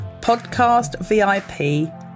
podcastvip